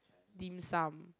dim sum